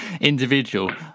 individual